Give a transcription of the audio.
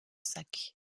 sac